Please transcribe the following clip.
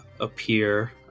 appear